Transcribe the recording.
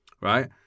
right